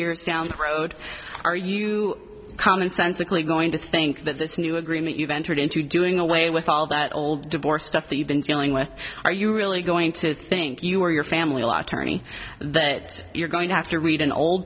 years down the road are you commonsensical going to think that this new agreement you've entered into doing away with all that old divorce stuff that you've been dealing with are you really going to think you or your family law attorney that you're going to have to read an old